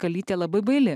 kalytė labai baili